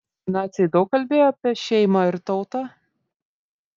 naciai daug kalbėjo apie šeimą ir tautą